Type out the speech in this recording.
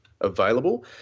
available